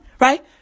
Right